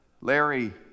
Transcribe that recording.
Larry